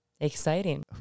Exciting